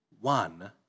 one